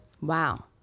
wow